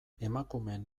emakumeen